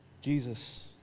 Jesus